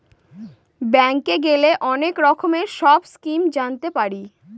ব্যাঙ্কে গেলে অনেক রকমের সব স্কিম জানতে পারি